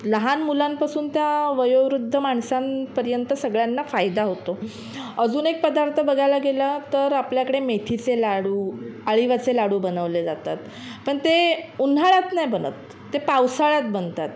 लहान मुलांपासून त्या वयोवृद्ध माणसांपर्यंत सगळ्यांना फायदा होतो अजून एक पदार्थ बघायला गेलं तर आपल्याकडे मेथीचे लाडू आळीवाचे लाडू बनवले जातात पण ते उन्हाळ्यात नाही बनत ते पावसाळ्यात बनतात